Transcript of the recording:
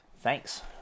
Thanks